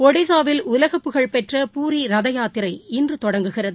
ஒடிசாவில் உலகப் புகழ் பெற்ற பூரி ரதயாத்திரை இன்று தொடங்குகிறது